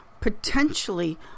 potentially